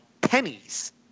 pennies